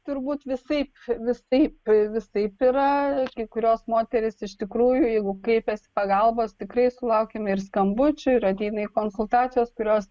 turbūt visaip visaip visaip yra kai kurios moterys iš tikrųjų jeigu kreipiasi pagalbos tikrai sulaukiame ir skambučių ir ateina į konsultacijas kurios